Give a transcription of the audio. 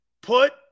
Put